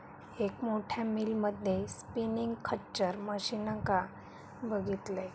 एक मोठ्या मिल मध्ये स्पिनींग खच्चर मशीनका बघितलंय